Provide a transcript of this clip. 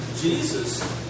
Jesus